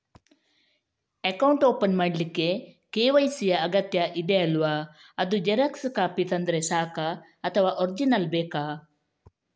Account open ಮಾಡ್ಲಿಕ್ಕೆ KYC ಯಾ ಅಗತ್ಯ ಇದೆ ಅಲ್ವ ಅದು ಜೆರಾಕ್ಸ್ ಕಾಪಿ ತಂದ್ರೆ ಸಾಕ ಅಥವಾ ಒರಿಜಿನಲ್ ಬೇಕಾ?